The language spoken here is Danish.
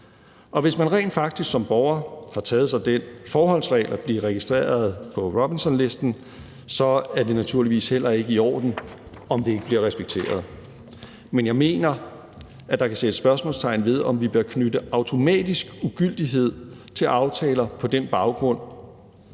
Hvis man rent faktisk som borger har taget sig den forholdsregel at blive registreret på Robinsonlisten, er det naturligvis heller ikke i orden, om det ikke bliver respekteret. Men jeg mener, at der kan sættes spørgsmålstegn ved, om vi bør knytte automatisk ugyldighed til aftaler på den baggrund,